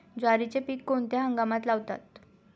ज्वारीचे पीक कोणत्या हंगामात लावतात?